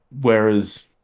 whereas